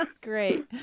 Great